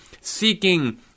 seeking